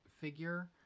figure